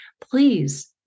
Please